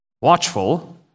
watchful